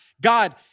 God